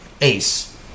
ace